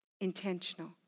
intentional